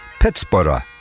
Pittsburgh